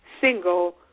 single